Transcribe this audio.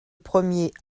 premier